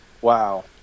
Wow